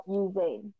using